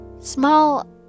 small